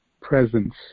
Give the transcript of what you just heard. presence